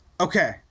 Okay